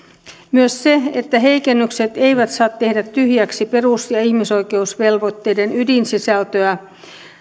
myös sen että heikennykset eivät saa tehdä tyhjäksi perus ja ihmisoikeusvelvoitteiden ydinsisältöä